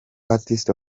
artist